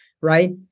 right